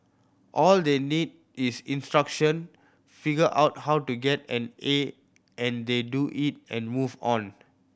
all they need is instruction figure out how to get an A and they do it and move on